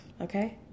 okay